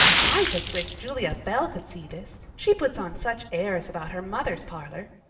i just wish julia bell could see this she puts on such airs about her mother's parlor.